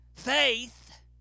Faith